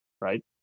right